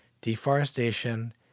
Deforestation